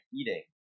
eating